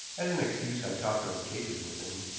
as an excuse i talked over cases with him,